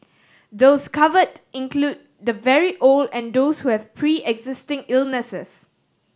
those covered include the very old and those who have preexisting illnesses